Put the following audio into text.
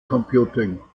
computing